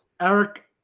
Eric